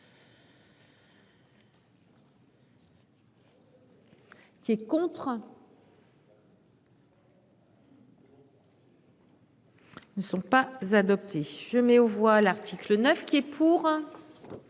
Tu es contre. Ils ne sont pas adoptés je mets aux voix l'article 9 qui est pour.